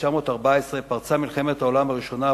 כשפרצה מלחמת העולם הראשונה,